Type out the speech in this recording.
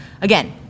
again